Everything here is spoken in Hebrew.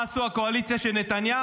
מה עשו הקואליציה של נתניהו?